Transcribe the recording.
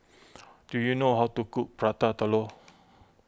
do you know how to cook Prata Telur